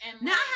Now